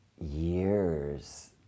years